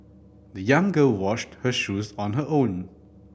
the young girl washed her shoes on her own